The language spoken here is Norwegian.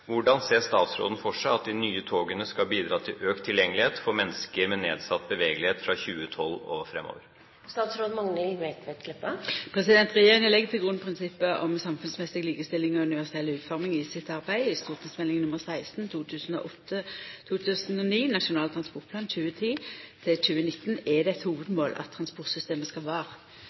Hvordan ser statsråden for seg at de nye togene skal bidra til økt tilgjengelighet for mennesker med nedsatt bevegelighet fra 2012 og fremover?» Regjeringa legg til grunn prinsippet om samfunnsmessig likestilling og universell utforming i arbeidet sitt. I St.meld. nr. 16 for 2008–2009 Nasjonal transportplan for 2010–2019 er det eit hovudmål at transportsystemet skal